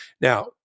Now